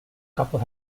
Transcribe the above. couple